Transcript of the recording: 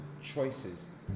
choices